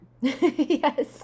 Yes